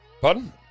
Pardon